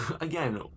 Again